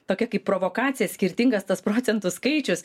tokia kaip provokacij skirtingas tas procentų skaičius